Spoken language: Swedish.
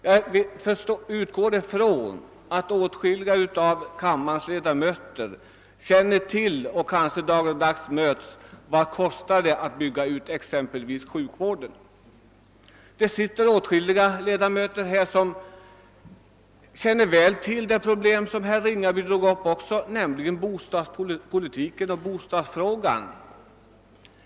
Jag utgår ifrån att åtskilliga av kammarens ledamöter känner till och kanske t.o.m. dagligdags ställs inför frågan vad det kostar att bygga ut sjukvården. Här sitter också åtskilliga ledamöter som väl känner till ett annat problem som herr Ringaby tog upp, nämligen bostadsfrågan.